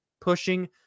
pushing